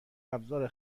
ابزار